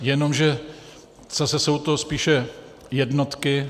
Jenomže zase jsou to spíše jednotky.